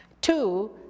Two